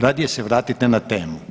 Radije se vratite na temu.